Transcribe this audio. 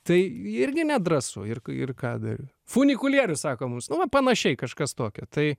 tai irgi nedrąsu ir ir ką dar funikulierius sako mums nu va panašiai kažkas tokio tai